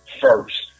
first